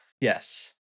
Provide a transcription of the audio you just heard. Yes